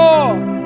Lord